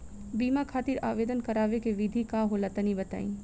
बीमा खातिर आवेदन करावे के विधि का होला तनि बताईं?